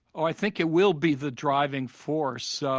i think it will be the driving force. so